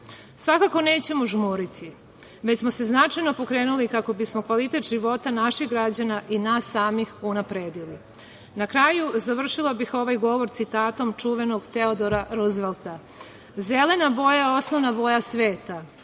nećemo žmuriti, već smo se značajno pokrenuli kako bismo kvalitet života naših građana i nas samih unapredili. Na kraju, završila bih ovaj govor citatom čuvenog Teodora Ruzvelta – zelena boja je osnovna boja sveta,